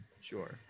Sure